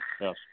yes